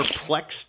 perplexed